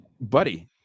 buddy